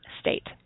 state